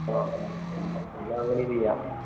ആ എന്നാൽ അങ്ങനെ ചെയ്യാം